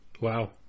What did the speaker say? Wow